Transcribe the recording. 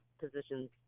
positions